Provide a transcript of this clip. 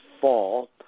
fall